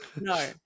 No